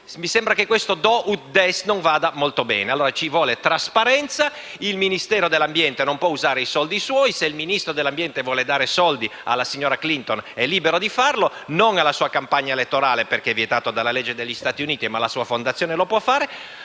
mi sembra che questo *do ut des* non vada molto bene. Ci vuole trasparenza. Il Ministero dell'ambiente non può usare i soldi suoi. Se il Ministro dell'ambiente vuole dare soldi alla signora Clinton è libero di farlo; non alla sua campagna elettorale, perché è vietato dalla legge degli Stati Uniti, ma alla sua fondazione lo può fare.